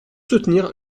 soutenir